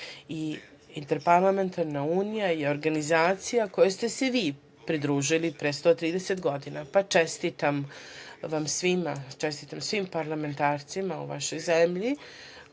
sveta. Interparlamentarna unija je organizacija kojoj ste se i vi pridružili pre 130 godina. čestitam vam svima, čestitam svim parlamentarcima u vašoj zemlji